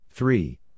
Three